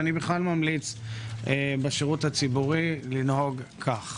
אני בכלל ממליץ בשירות הציבורי לנהוג כך.